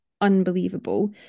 unbelievable